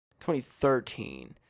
2013